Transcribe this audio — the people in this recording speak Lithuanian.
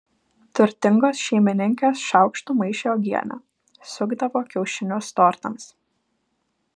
turtingos šeimininkės šaukštu maišė uogienę sukdavo kiaušinius tortams